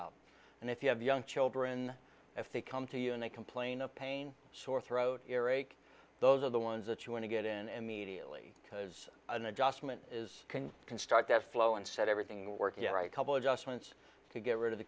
out and if you have young children if they come to you and they complain of pain sore throat ear ache those are the ones that you want to get in immediately because an adjustment is can construct that flow and set everything working right couple just wants to get rid of the